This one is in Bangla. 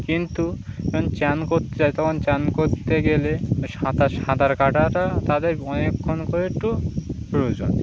কিন্তু চান করতে যায় তখন চান করতে গেলে সাঁতার সাঁতার কাটাটা তাদের অনেকক্ষণ করে একটু প্রয়োজন